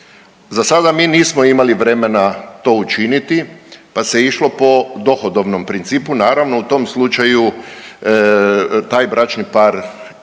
Za sada mi nismo imali vremena to učiniti, pa se išlo po dohodovnom principu, naravno u tom slučaju taj bračni par koji